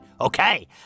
Okay